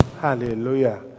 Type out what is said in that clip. Hallelujah